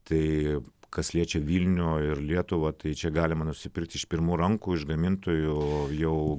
tai kas liečia vilnių ir lietuvą tai čia galima nusipirkti iš pirmų rankų iš gamintojų jau